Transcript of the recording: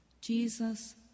Jesus